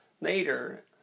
later